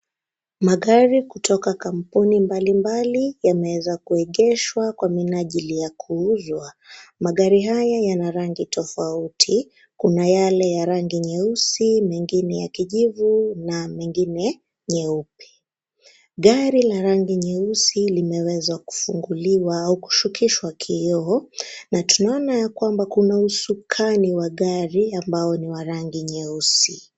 Magari kutoka kampuni mbalimbali , yameweza kuegeshwa kwa minajili ya kuuzwa. Magari haya yana rangi tofauti , kuna yale ya rangi nyeusi ,mengine ya kijivu na mengine mieupe. Gari la rangi nyeusi limeweza kufunguliwa au kushukishwa kioo na tunaona ya kwamba kuna usukani wa gari ambao ni wa rangi nyeusi.